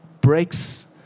breaks